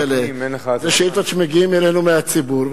אלה שאילתות שמגיעות אלינו מהציבור,